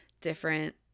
different